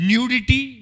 Nudity